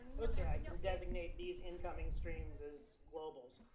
ok, i can designate these incoming streams as globals.